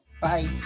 bye